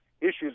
issues